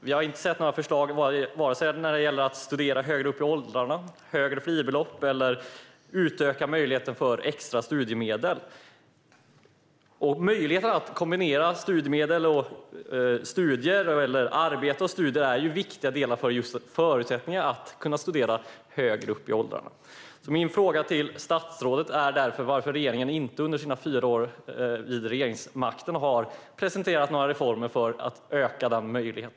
Vi har inte sett några förslag när det gäller vare sig studier högre upp i åldrarna, högre fribelopp eller utökad möjlighet till extra studiemedel. Möjligheten att kombinera arbete och studier är en viktig förutsättning för att kunna studera högre upp i åldrarna. Min fråga till statsrådet är därför: Varför har regeringen under sina fyra år vid makten inte presenterat några reformer för att öka denna möjlighet?